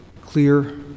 clear